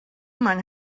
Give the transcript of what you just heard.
men